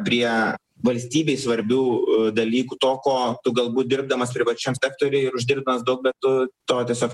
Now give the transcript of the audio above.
prie valstybei svarbių dalykų to ko tu galbūt dirbdamas privačiam sektoriuj ir uždirbdamas daug bet tu to tiesiog